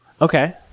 Okay